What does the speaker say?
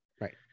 Right